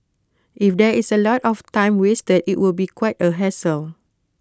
if there is A lot of time wasted IT would be quite A hassle